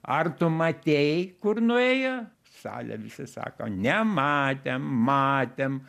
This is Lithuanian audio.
ar tu matei kur nuėjo salė visa sako nematėm matėm